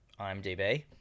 IMDb